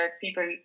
people